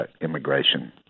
immigration